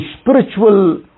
spiritual